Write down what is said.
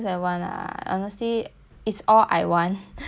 it's all I want that's why I'm trying to control myself